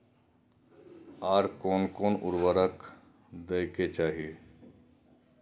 आर कोन कोन उर्वरक दै के चाही?